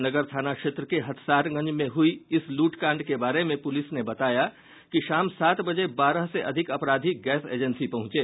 नगर थाना क्षेत्र के हथसारगंज में हुई इस लूटकांड के बारे में पुलिस ने बताया कि शाम सात बजे बारह से अधिक अपराधी गैस एजेंसी पहुंचे